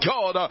God